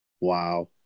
Wow